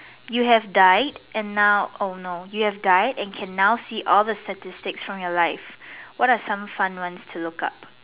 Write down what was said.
you have died and now oh no you have died and can now see all the statistics from your life what are some fun ones to look up